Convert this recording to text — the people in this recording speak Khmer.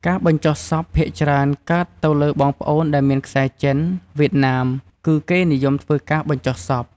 ការបញ្ចុះសពភាគច្រើនកើតទៅលើបងប្អូនដែលមានខ្សែរចិន វៀតណាម គឺគេនិយមធ្វើការបញ្ចុះសព។